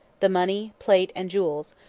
the money, plate, and jewels,